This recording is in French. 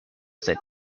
sept